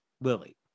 lily